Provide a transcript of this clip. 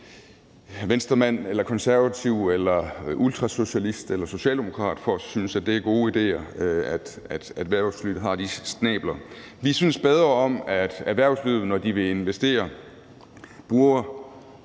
Venstremand eller konservativ eller ultrasocialist eller socialdemokrat for at synes, at det er gode idéer, at erhvervslivet har de snabler. Vi synes bedre om, at virksomhederne, når de vil investere, bruger